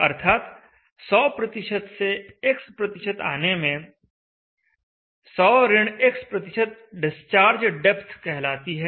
अर्थात् 100 से X आने में 100 X डिस्चार्ज डेप्थ कहलाती है